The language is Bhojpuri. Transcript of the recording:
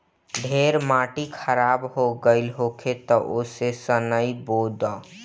ढेर माटी खराब हो गइल होखे तअ असो सनइ बो दअ